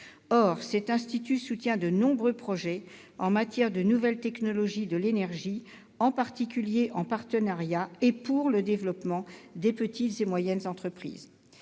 Or l'IFPEN soutient de nombreux projets en matière de nouvelles technologies de l'énergie, en particulier en partenariat avec de petites et moyennes entreprises